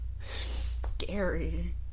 scary